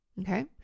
Okay